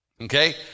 Okay